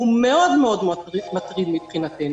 הוא מאוד מאוד מטריד מבחינתנו.